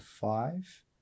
five